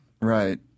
Right